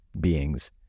beings